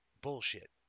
bullshit